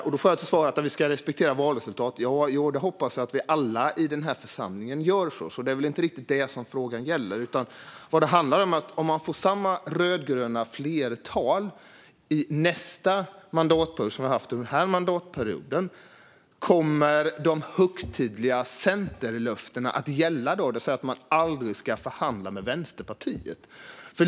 Jag får till svar att vi ska respektera valresultatet. Ja, det hoppas jag att vi alla i den här församlingen gör. Det är väl inte riktigt det frågan gäller. Vad det handlar om är detta: Om man får samma rödgröna flertal i nästa mandatperiod som vi har haft under den här mandatperiod - kommer då de högtidliga centerlöftena att gälla, det vill säga att man aldrig ska förhandla med Vänsterpartiet?